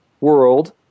world